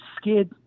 scared